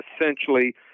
essentially